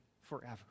forever